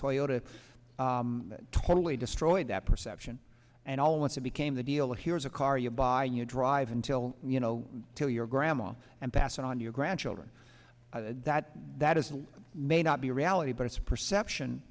toyota totally destroyed that perception and all once it became the deal here's a car you buy you drive until you know till your grandma and pass it on your grandchildren that that is it may not be reality but it's perception